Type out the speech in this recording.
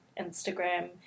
Instagram